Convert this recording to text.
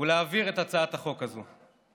ולהעביר את הצעת החוק הזאת.